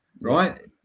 right